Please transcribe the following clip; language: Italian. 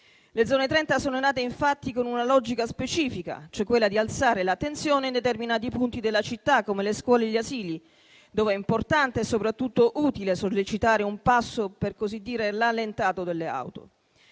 Le zone 30 sono nate, infatti, con una logica specifica, cioè quella di elevare l'attenzione in determinati punti della città, come le scuole e gli asili, dove è importante e soprattutto utile sollecitare un passo allentato delle auto.